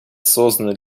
созданный